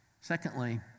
Secondly